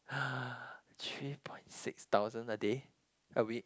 three point six thousand a day a week